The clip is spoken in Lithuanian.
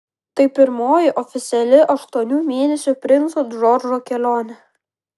tai pirmoji oficiali aštuonių mėnesių princo džordžo kelionė